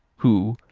who,